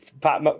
Pat